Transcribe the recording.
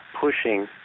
pushing